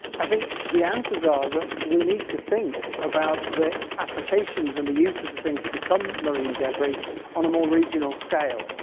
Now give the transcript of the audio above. i think the answers are that we need to think about the applications and the use of the things that become marine debris on a more regional scale.